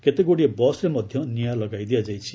କେତେଗୁଡ଼ିଏ ବସ୍ରେ ମଧ୍ୟ ନିଆଁ ଲଗାଇ ଦିଆଯାଇଛି